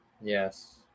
Yes